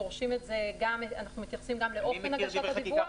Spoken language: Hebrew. אנחנו מתייחסים גם לאופן הגשת הדיווח,